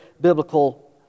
biblical